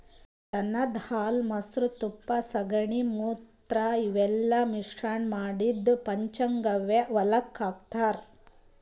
ದನದ್ ಹಾಲ್ ಮೊಸ್ರಾ ತುಪ್ಪ ಸಗಣಿ ಮೂತ್ರ ಇವೆಲ್ಲಾ ಮಿಶ್ರಣ್ ಮಾಡಿದ್ದ್ ಪಂಚಗವ್ಯ ಹೊಲಕ್ಕ್ ಹಾಕ್ತಾರ್